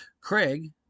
Craig